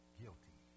guilty